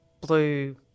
Blue